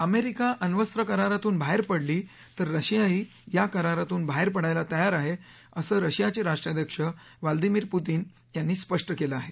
America अण्वस्त्र करारातून बाहेर पडली तर रशियाही या करारातून बाहेर पडायला तयार आहे असं रशियाचे राष्ट्राध्यक्ष व्लादिमीर पुतीन यांनी स्पष्ट केलं आहे